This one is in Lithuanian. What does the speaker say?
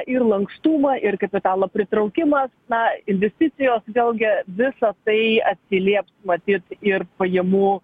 ir lankstumą ir kapitalo pritraukimas na investicijos vėlgi visa tai atsilieps matyt ir pajamų